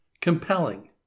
compelling